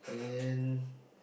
and